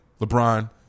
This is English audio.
LeBron